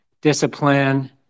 discipline